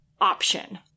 option